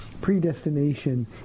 predestination